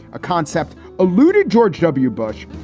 a concept eluded george w. bush.